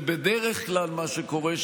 ובדרך כלל מה שקורה,